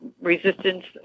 resistance